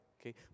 okay